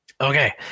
Okay